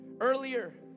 earlier